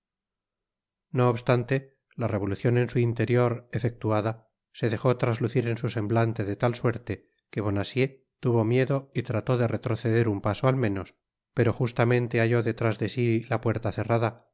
no obstante la revolucion en su interior efectuada se dejó traslucir en su semblante de tal suerte que bonacieux tuvo miedo y trató de retroceder un paso al menos pero justamente halló detrás de si la puerta cerrada y